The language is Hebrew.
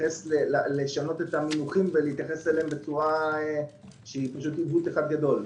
לא לשנות את המינוחים ולהתייחס אליהם בצורה שהיא פשוט עיוות אחד גדול.